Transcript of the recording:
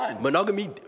monogamy